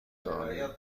داریم